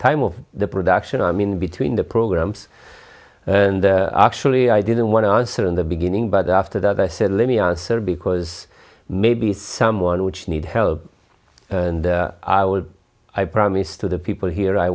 time of the production i mean between the programs and actually i didn't want to answer in the beginning but after that i said let me answer because maybe someone which need help and i will i promise to the people here i